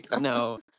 No